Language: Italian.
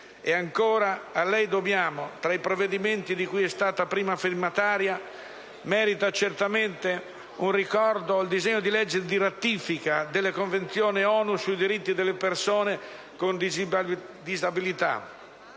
Ancora, tra i provvedimenti di cui è stata prima firmataria, merita certamente un ricordo il disegno di legge di ratifica della Convenzione ONU sui diritti delle persone con disabilità,